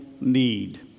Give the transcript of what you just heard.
need